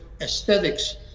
aesthetics